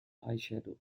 eyeshadow